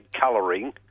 colouring